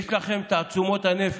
יש לכם את תעצומות הנפש,